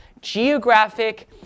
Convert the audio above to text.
geographic